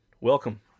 welcome